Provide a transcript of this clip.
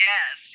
Yes